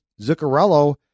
Zuccarello